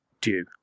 due